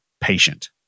patient